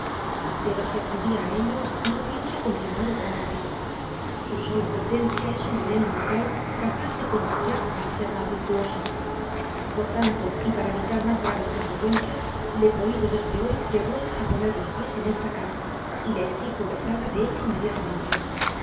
pero si accedía a ello no pienso continuar obrando así su sola presencia es un veneno mortal capaz de contagiar al ser más virtuoso por tanto y para evitar más graves consecuencias le prohíbo desde hoy que vuelva a poner los pies en esta casa y le exijo que salga de ella inmediatamente